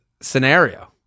scenario